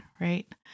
right